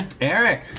Eric